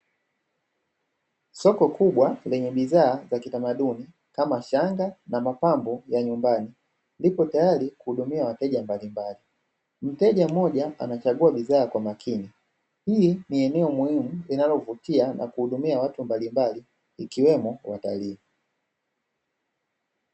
Soko kubwa lenye bidhaa za kitamaduni kama shanga na mapambo ya nyumbani lipo tayari kuhudumia wateja mbalimbali, mteja mmoja anachagua bidhaa kwa makini ili ni eneo muhimu linalovutia na kuhudimia watu mbalimbali ikiwemo watalii.